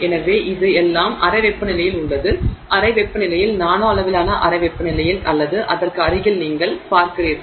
எனவே இது எல்லாம் அறை வெப்பநிலையில் உள்ளது அறை வெப்பநிலையில் நானோ அளவிலான அறை வெப்பநிலையில் அல்லது அதற்கு அருகில் நீங்கள் பார்க்கிறீர்கள்